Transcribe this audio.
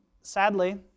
sadly